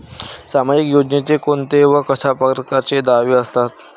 सामाजिक योजनेचे कोंते व कशा परकारचे दावे असतात?